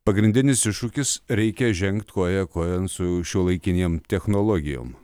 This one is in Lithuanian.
pagrindinis iššūkis reikia žengt koją kojon su šiuolaikinėm technologijom